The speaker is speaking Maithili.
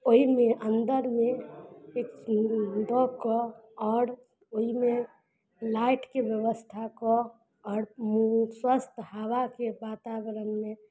ओइमे अन्दरमे दऽ कऽ आओर ओइमे लाइटके व्यवस्था कऽ आओर स्वस्थ हवाके वातावरणमे